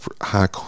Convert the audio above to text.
high